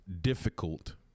difficult